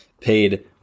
Paid